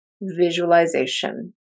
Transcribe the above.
Visualization